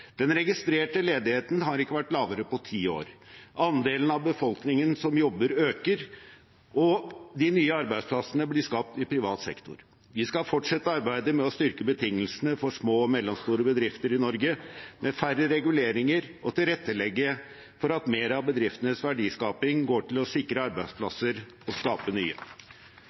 Den registrerte ledigheten har ikke vært lavere på ti år. Andelen av befolkningen som jobber, øker, og de nye arbeidsplassene blir skapt i privat sektor. Vi skal fortsette arbeidet med å styrke betingelsene for små og mellomstore bedrifter i Norge, med færre reguleringer og å tilrettelegge for at mer av bedriftenes verdiskaping går til å sikre arbeidsplasser og skape nye.